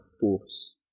force